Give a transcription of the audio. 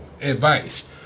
advice